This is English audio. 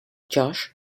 josh